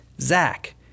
Zach